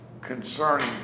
concerning